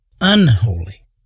unholy